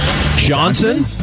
Johnson